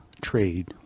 trade